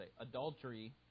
adultery